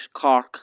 Cork